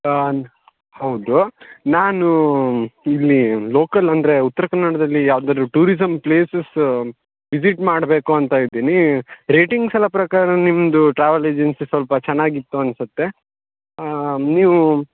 ಹಾಂ ಹೌದು ನಾನು ಇಲ್ಲಿ ಲೋಕಲ್ ಅಂದರೆ ಉತ್ತರ ಕನ್ನಡದಲ್ಲಿ ಯಾವ್ದಾದ್ರು ಟೂರಿಸಮ್ ಪ್ಲೇಸಸ್ ವಿಸಿಟ್ ಮಾಡಬೇಕು ಅಂತ ಇದ್ದೀನಿ ರೇಟಿಂಗ್ಸ್ ಎಲ್ಲಾ ಪ್ರಕಾರ ನಿಮ್ಮದು ಟ್ರಾವೆಲ್ ಏಜೆನ್ಸಿ ಸ್ವಲ್ಪ ಚೆನ್ನಾಗಿತ್ತು ಅನಿಸುತ್ತೆ ನೀವು